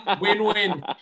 win-win